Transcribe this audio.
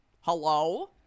Hello